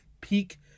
Peak